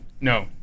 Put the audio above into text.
No